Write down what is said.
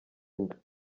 inda